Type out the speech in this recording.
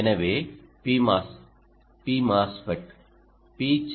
எனவே Pmos p MOSFET p channel MOSFET